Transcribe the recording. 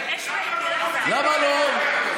למה לא?